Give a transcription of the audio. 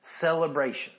celebration